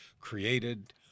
created